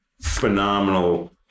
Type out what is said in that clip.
phenomenal